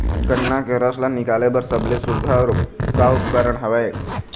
गन्ना के रस ला निकाले बर सबले सुघ्घर का उपकरण हवए?